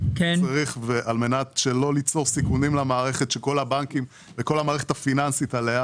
וכדי לא ליצור סיכונים למערכת שכל הבנקים וכל המערכת הפיננסית עליה,